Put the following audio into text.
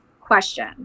question